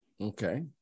Okay